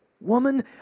Woman